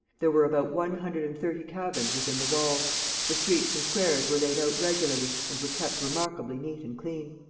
there were about one hundred and thirty cabins within the walls the streets and squares were laid out regularly and were kept remarkably neat and clean.